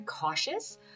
cautious